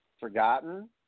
Forgotten